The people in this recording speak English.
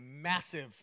massive